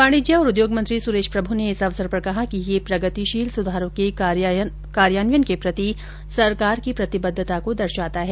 वाणिज्य और उद्योग मंत्री सुरेश प्रभू ने इस अवसर पर कहा कि यह प्रगतिशील सुधारों के कार्यान्वयन के प्रति सरकार की प्रतिबद्वता को दर्शाता है